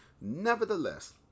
Nevertheless